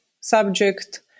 subject